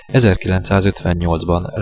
1958-ban